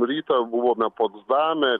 rytą buvome potsdame